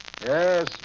Yes